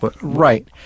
Right